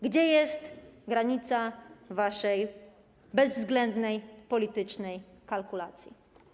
Gdzie jest granica waszej bezwzględnej politycznej kalkulacji?